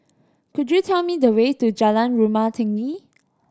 could you tell me the way to Jalan Rumah Tinggi